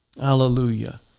hallelujah